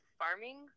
farming